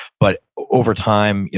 but over time,